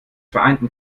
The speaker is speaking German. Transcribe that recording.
vereinten